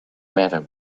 matter